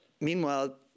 Meanwhile